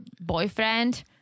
boyfriend